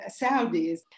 Saudis